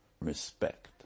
respect